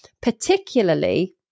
particularly